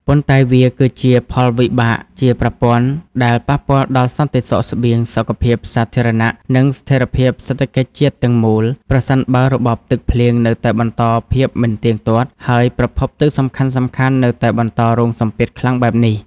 ប៉ុន្តែវាគឺជាផលវិបាកជាប្រព័ន្ធដែលប៉ះពាល់ដល់សន្តិសុខស្បៀង សុខភាពសាធារណៈ និងស្ថិរភាពសេដ្ឋកិច្ចជាតិទាំងមូល ប្រសិនបើរបបទឹកភ្លៀងនៅតែបន្តភាពមិនទៀងទាត់ ហើយប្រភពទឹកសំខាន់ៗនៅតែបន្តរងសម្ពាធខ្លាំងបែបនេះ។